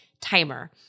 timer